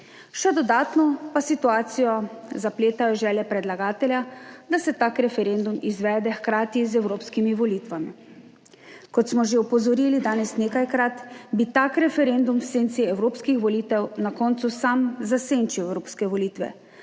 Še dodatno pa situacijo zapletajo želje predlagatelja, da se tak referendum izvede hkrati z evropskimi volitvami. Kot smo že opozorili danes nekajkrat bi tak referendum v senci evropskih volitev na koncu sam zasenčil evropske volitve,